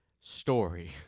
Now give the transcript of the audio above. story